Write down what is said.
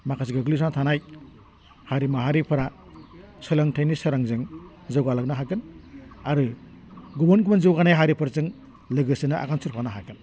माखासे गोग्लैसोना थानाय हारि माहारिफोरा सोलोंथाइनि सोरांजों जौगालांनो हागोन आरो गुबुन गुबुन जौगानाय हारिफोरजो लोगोसेनो आगान सुरफानो हागोन